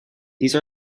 these